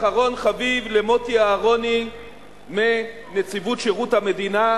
אחרון חביב, למוטי אהרוני מנציבות שירות המדינה.